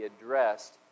addressed